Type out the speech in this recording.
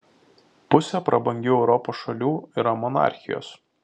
pusė prabangių europos šalių yra monarchijos